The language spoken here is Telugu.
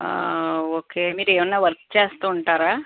ఆ ఓకే మీరు ఏమైనా వర్కు చేస్తూ ఉంటారా